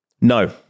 No